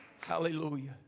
Hallelujah